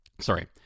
Sorry